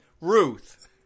Ruth